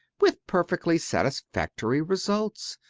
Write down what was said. with perfectly satisfactory results.